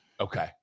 Okay